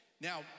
Now